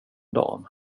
dam